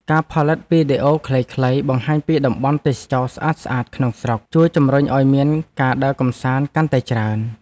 ការផលិតវីដេអូខ្លីៗបង្ហាញពីតំបន់ទេសចរណ៍ស្អាតៗក្នុងស្រុក ជួយជម្រុញឱ្យមានការដើរកម្សាន្តកាន់តែច្រើន។